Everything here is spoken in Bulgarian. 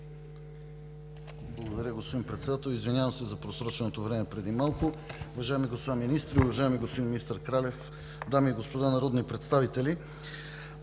Благодаря, господин Председател – извинявам се за просроченото време преди малко. Уважаеми господа министри, уважаеми господин Министър Кралев, дами и господа народни представители!